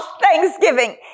thanksgiving